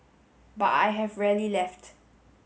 but I have rarely left